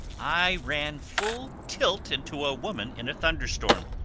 i ran full tilt into a woman in a thunderstorm.